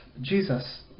Jesus